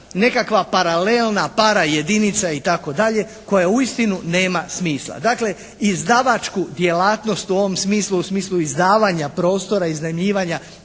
nekakva paralelna para jedinica itd. koja uistinu nema smisla. Dakle, izdavačku djelatnost u ovom smislu, u smislu izdavanja prostora i iznajmljivanja